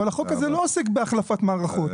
אבל החוק הזה לא עוסק בהחלפת מערכות,